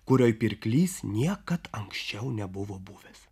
kurioj pirklys niekad anksčiau nebuvo buvęs